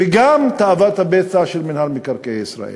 וגם בתאוות הבצע של מינהל מקרקעי ישראל.